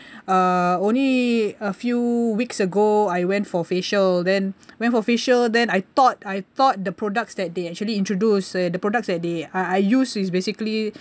uh only a few weeks ago I went for facial then went for facial then I thought I thought the products that they actually introduce uh the products that they I I use is basically